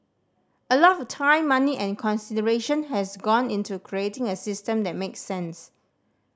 a lot of time money and consideration has gone into creating a system that makes sense